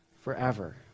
forever